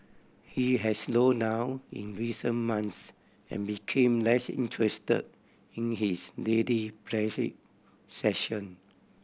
he had slowed down in recent months and became less interested in his daily session